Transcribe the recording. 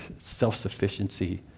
self-sufficiency